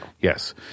Yes